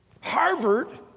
Harvard